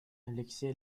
алексей